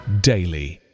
daily